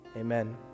Amen